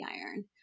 iron